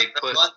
put